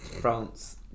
France